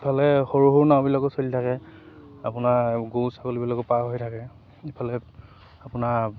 ইফালে সৰু সৰু নওবিলাকো চলি থাকে আপোনাৰ গৰু ছাগলীবিলাকো পাৰ হৈ থাকে ইফালে আপোনাৰ